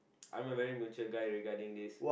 I'm a very mature guy regarding this